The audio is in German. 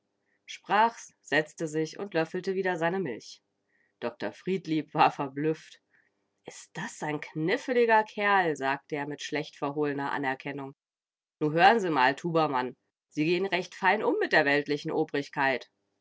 sprach's setzte sich und löffelte wieder seine milch dr friedlieb war verblüfft is das ein kniffliger kerl sagte er mit schlecht verhohlener anerkennung nu hör'n sie mal tubamann sie gehn recht fein um mit der weltlichen obrigkeit